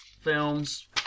films